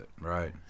Right